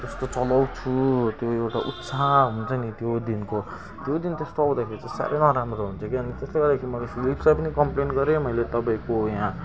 जस्तो चलाउँछु त्यो एउटा उत्साह हुन्छ नि त्यो दिनको त्यो दिन त्यस्तो आउँदाखेरि चाहिँ साह्रै नराम्रो हुन्छ क्या त्यसले गर्दाखेरि मैले फिलिप्सलाई पनि कम्प्लेन गरेँ मैले तपाईँको यहाँ